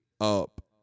Up